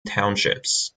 townships